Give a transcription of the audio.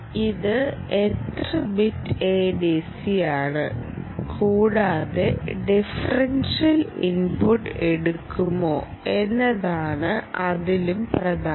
ഇത് എത്ര bit ADC ആണ് കൂടാതെ ഡിഫറൻഷ്യൽ ഇൻപുട്ട് എടുക്കുമോ എന്നതാണ് അതിലും പ്രധാനം